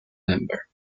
member